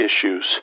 issues